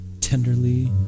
tenderly